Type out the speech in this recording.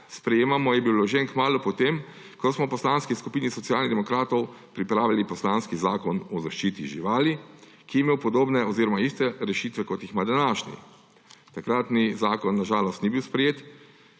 sprejemamo, je bil vložen kmalu po tem, ko smo v Poslanski skupini Socialnih demokratov pripravili poslanski zakon o zaščiti živali, ki je imel podobne oziroma enake rešitve, kot jih ima današnji. Takratni zakon na žalost ni bil sprejet,